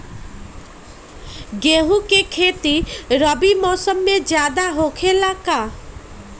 गेंहू के खेती रबी मौसम में ज्यादा होखेला का?